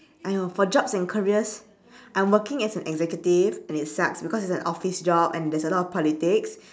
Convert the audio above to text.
!aiyo! for jobs and careers I'm working as an executive and it sucks because it's an office job and there's a lot of politics